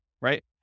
right